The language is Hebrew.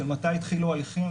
מתי התחילו הליכים,